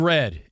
Red